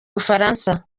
bufaransa